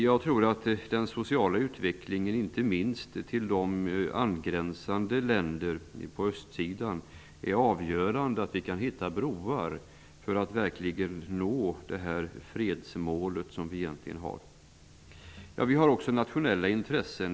Jag tror att det för den sociala utvecklingen, inte minst när det gäller angränsande länder på östsidan, är avgörande att vi kan hitta broar för att verkligen nå det fredsmål som vi egentligen har. Vi har också nationella intressen.